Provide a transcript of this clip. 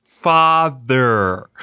Father